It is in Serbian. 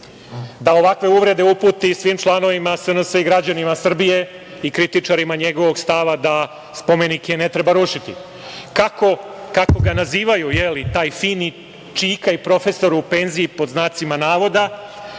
da ovakve uvrede uputi svim članovima SNS i građanima Srbije, i kritičarima njegovog stava da spomenike ne treba rušiti. Kako ga nazivaju, taj fini čika i profesor u penziji, pod znacima navoda,